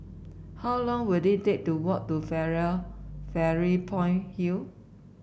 how long will it take to walk to Fairy Point Hill